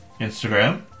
Instagram